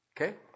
Okay